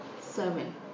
seven